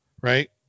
right